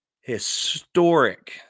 historic